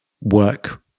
work